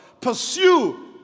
Pursue